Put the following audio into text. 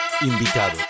Invitado